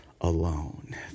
alone